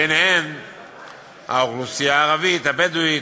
ובהן האוכלוסייה הערבית והבדואית,